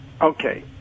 okay